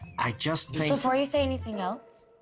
i just think before you say anything else,